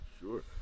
Sure